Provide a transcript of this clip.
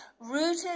rooted